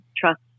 trust